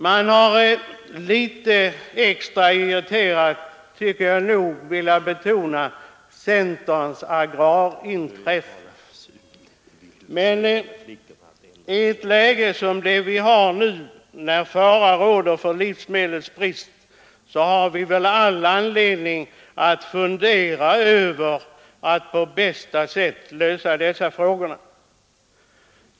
Man har litet extra irriterat, tycker jag nog, velat betona centerns agrarintressen, men i ett läge som det vi har nu, när fara råder för livsmedelsbrist, har vi väl all anledning att fundera över hur vi skall på bästa sätt lösa dessa frågor.